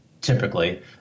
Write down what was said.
typically